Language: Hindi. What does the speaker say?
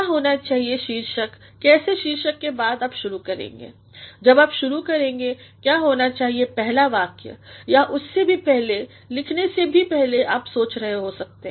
क्या होना चाहिए शीर्षक कैसे शीर्षक के बाद आप शुरू करेंगे जब आप शुरू करेंगे क्या होना चाहिए पहला वाक्य या उससे भी पहले लिखनेसे भी पहले आप सोच रहे हो सकते हैं